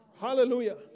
Hallelujah